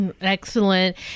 Excellent